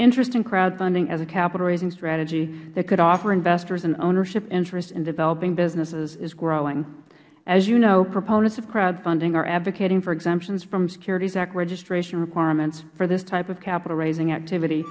interesting crowdfunding as a capital raising strategy that could offer investors an ownership interest in developing business is growing as you know proponents of crowdfunding are advocating for exemptions securities act registration requirements for this type of capital raising activity